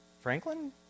Franklin